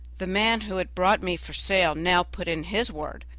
the man who had brought me for sale now put in his word.